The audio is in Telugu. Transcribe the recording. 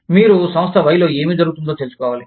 మీరు సంస్థ Y లో ఏమి జరుగుతుందో తెలుసుకోవాలి